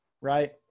right